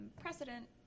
precedent